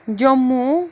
Jammu